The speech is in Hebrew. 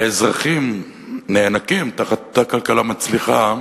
ואזרחים נאנקים תחת כלכלה מצליחה,